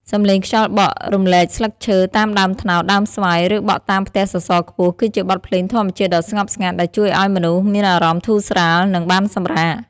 សំឡេងខ្យល់បក់រំលែកស្លឹកឈើតាមដើមត្នោត ដើមស្វាយ ឬបក់តាមផ្ទះសសរខ្ពស់ គឺជាបទភ្លេងធម្មជាតិដ៏ស្ងប់ស្ងាត់ ដែលជួយឱ្យមនុស្សមានអារម្មណ៍ធូរស្រាល និងបានសម្រាក។